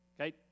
Okay